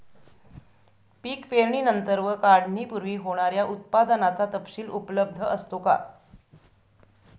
पीक पेरणीनंतर व काढणीपूर्वी होणाऱ्या उत्पादनाचा तपशील उपलब्ध असतो का?